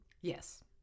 Yes